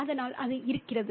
அதனால் அது இருக்கிறது